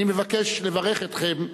אני מבקש לברך אתכם,